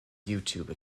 youtube